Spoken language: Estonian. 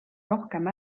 rohkem